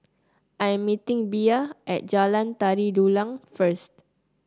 I am meeting Bea at Jalan Tari Dulang first